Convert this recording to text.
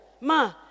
ma